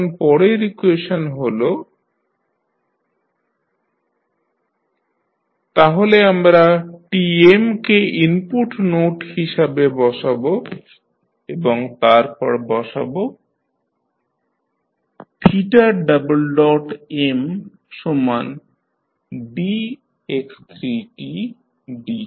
এখন পরের ইকুয়েশন হল dx3dt KJmx1t BmJmx3t1JmTm তাহলে আমরা Tm কে ইনপুট নোট হিসাবে বসাব এবং তারপর বসাব mdx3dt